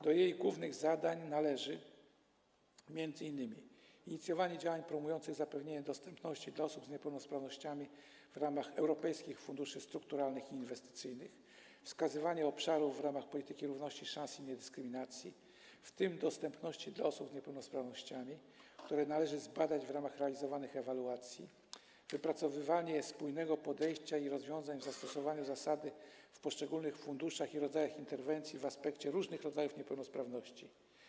Do jej głównych zadań należy m.in. inicjowanie działań promujących zapewnienie dostępności dla osób z niepełnosprawnościami europejskich funduszy strukturalnych i inwestycyjnych, wskazywanie obszarów w ramach polityki równości szans i niedyskryminacji, w tym dostępności dla osób z niepełnosprawnościami, które należy zbadać w ramach realizowanych ewaluacji, wypracowywanie spójnego podejścia i rozwiązań w zakresie zastosowania zasady w poszczególnych funduszach i rodzajach interwencji w aspekcie różnych rodzajów niepełnosprawności.